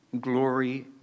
glory